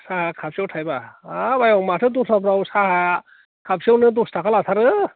साहा काप सेआव थाइबा हाब आयं माथो दस्राफोराव साहा काप सेआवनो दस थाखा लाथारो